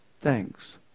thanks